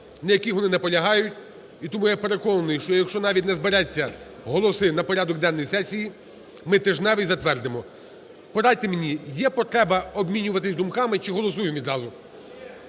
яких вони наполягають. І тому я переконаний, що якщо навіть не зберуться голоси на порядок денний сесії, ми тижневий затвердимо. Порадьте мені, є потреба обмінюватись думками чи голосуємо відразу?